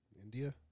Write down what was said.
India